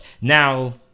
now